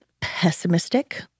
pessimistic